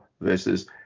versus